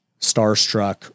starstruck